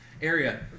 area